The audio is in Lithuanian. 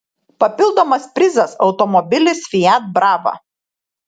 papildomas prizas automobilis fiat brava